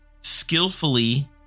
skillfully